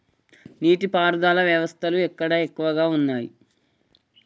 నీటి పారుదల వ్యవస్థలు ఎక్కడ ఎక్కువగా ఉన్నాయి?